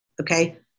okay